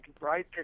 right